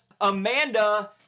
Amanda